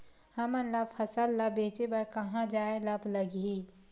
हमन ला फसल ला बेचे बर कहां जाये ला लगही?